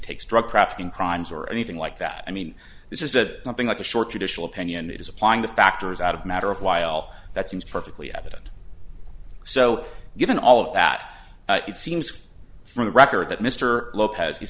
takes drug trafficking crimes or anything like that i mean this is a something like a short judicial opinion it is applying the factors out of a matter of while that seems perfectly evident so given all of that it seems from the record that mr lopez he's